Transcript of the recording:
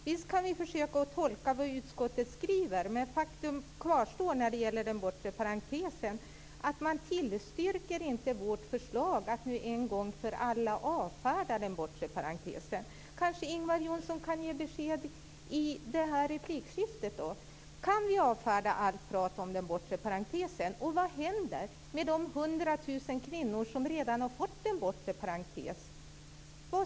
Visst kan vi försöka tolka det som utskottet skriver, men när det gäller den bortre parentesen kvarstår faktum: Man tillstyrker inte vårt förslag att en gång för alla avfärda den bortre parentesen. Kanske kan Ingvar Johnsson ge besked i det här replikskiftet. Kan vi avfärda allt tal om den bortre parentesen, och vad händer med de 100 000 kvinnor som redan har fått en bortre parentes?